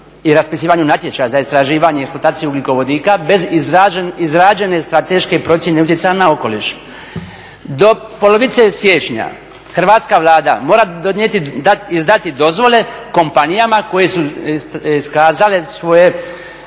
i raspisivanju natječaja za istraživanje i eksploataciju ugljikovodika bez izrađene strateške procjene utjecaja na okoliš. Do polovice siječnja Hrvatska Vlada mora izdati dozvole kompanijama koje su iskazale svoju